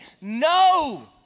No